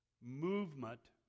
movement